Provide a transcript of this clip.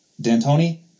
D'Antoni